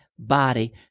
body